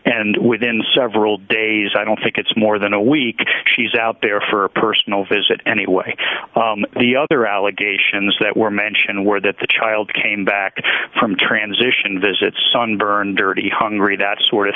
and within several days i don't think it's more than a week she's out there for a personal visit anyway the other allegations that were mentioned where that the child came back from transition visits sunburn dirty hungry that sort of